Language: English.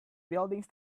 buildings